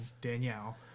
Danielle